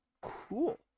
cool